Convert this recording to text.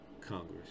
Congress